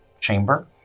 chamber